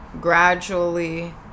gradually